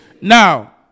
Now